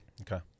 Okay